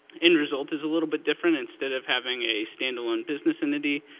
end result is a little bit different. instead of having a stand-alone business entity,